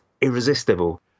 irresistible